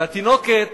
שהתינוקת